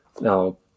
now